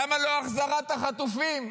למה לא החזרת החטופים,